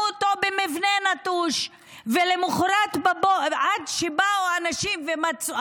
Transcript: אותו במבנה נטוש עד שבאו אנשים ומצאו,